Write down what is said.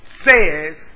says